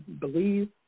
believe